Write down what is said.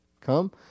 come